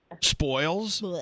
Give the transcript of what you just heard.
spoils